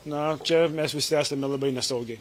na čia mes visi esame labai nesaugiai